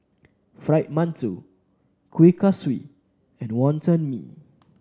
Fried Mantou Kuih Kasturi and Wonton Mee